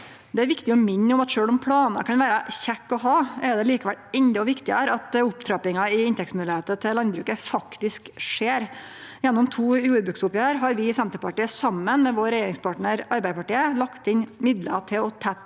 Det er viktig å minne om at sjølv om planar kan vere kjekke å ha, er det likevel endå viktigare at opptrappinga av inntektsmoglegheiter i landbruket faktisk skjer. Gjennom to jordbruksoppgjer har vi i Senterpartiet, saman med vår regjeringspartnar Arbeidarpartiet, lagt inn middel til å tette